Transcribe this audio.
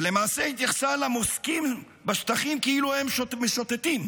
ולמעשה התייחסה למוסקים בשטחים כאילו הם משוטטים,